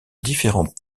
différentes